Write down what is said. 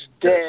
dead